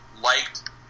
liked